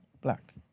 black